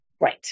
Right